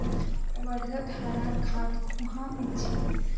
वर्धात हरा खाद कुहाँ मिल छेक